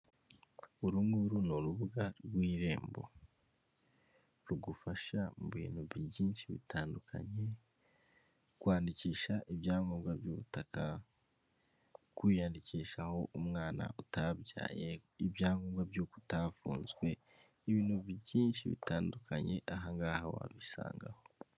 Urunguru ni urubuga rw'irembo rugufasha mu bintu byinshi bitandukanye kwandikisha ibyangombwa by'ubutaka, kwiyandikishaho umwana utabyaye, ibyangombwa by'uko utafunzwe, ibintu byinshi bitandukanye ahangaha wabisangaho.